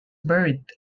buried